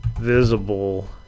visible